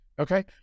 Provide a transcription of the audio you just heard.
Okay